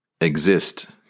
exist